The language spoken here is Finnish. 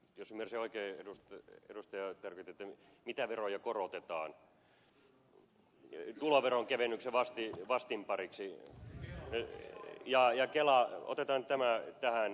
jos ymmärsin oikein edustaja tarkoitti mitä veroja korotetaan tuloveronkevennyksen vastinpariksi ja kelan otetaan nyt tämä tähän yhteyteen